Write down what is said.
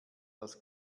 das